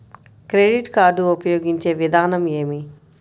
Credit card ఉపయోగించే విధానం ఏమి?